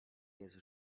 jest